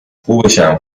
خوبشم